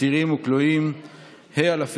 מי בעד?